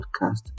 podcast